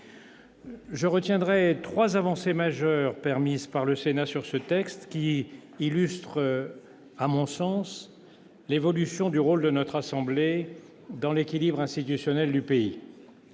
Je retiendrai trois avancées majeures permises par le Sénat sur ce texte, qui illustrent, à mon sens, l'évolution du rôle de notre assemblée dans l'équilibre institutionnel de notre